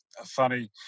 Funny